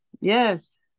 Yes